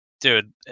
Dude